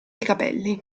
capelli